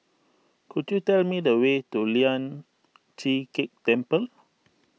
could you tell me the way to Lian Chee Kek Temple